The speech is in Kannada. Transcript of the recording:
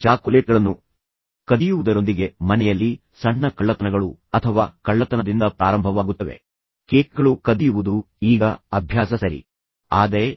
ಚಾಕೊಲೇಟ್ಗಳನ್ನು ಕದಿಯುವುದರೊಂದಿಗೆ ಮನೆಯಲ್ಲಿ ಸಣ್ಣ ಕಳ್ಳತನಗಳು ಅಥವಾ ಕಳ್ಳತನದಿಂದ ಪ್ರಾರಂಭವಾಗುತ್ತವೆ ಕೇಕ್ಗಳು ಅಥವಾ ಈ ರೀತಿಯ ರುಚಿಕರವಾದ ತಿನ್ನಬಹುದಾದ ಪದಾರ್ಥಗಳನ್ನು ಕದಿಯುವುದು ಈಗ ಅಭ್ಯಾಸ ಸರಿ ನೀವು ನಿಯಂತ್ರಣದಲ್ಲಿದ್ದೀರಿ ಎಂದು ನೀವು ಯೋಚಿಸುವ ವಿಷಯವಾಗಿದೆ